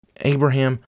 Abraham